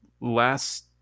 Last